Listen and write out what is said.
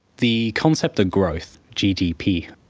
the concept of growth, gdp,